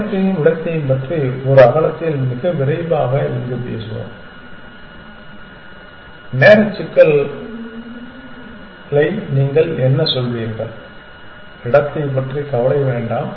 நேரத்தையும் இடத்தையும் பற்றி ஒரு அகலத்தில் மிக விரைவாக இங்கு பேசுவோம் நேர சிக்கலை நீங்கள் என்ன சொல்வீர்கள் இடத்தைப் பற்றி கவலைப்பட வேண்டாம்